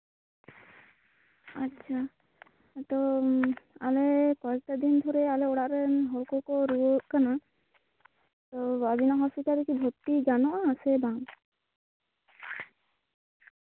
ᱟᱪᱪᱷᱟ ᱛᱳ ᱟᱞᱮ ᱠᱚᱭᱮᱠᱴᱟ ᱫᱤᱱ ᱫᱷᱚᱨᱮ ᱟᱞᱮ ᱚᱲᱟᱜᱨᱮᱱ ᱦᱚᱲ ᱠᱚᱠᱚ ᱨᱩᱣᱟᱹᱜ ᱠᱟᱱᱟ ᱛᱚ ᱟᱵᱤᱱᱟᱜ ᱦᱚᱥᱯᱤᱴᱟᱞ ᱨᱮᱠᱤ ᱵᱷᱚᱨᱛᱤ ᱜᱟᱱᱚᱜᱼᱟ ᱥᱮ ᱵᱟᱝ